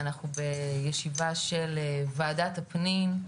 אנחנו בישיבה של ועדת הפנים,